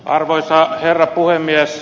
arvoisa herra puhemies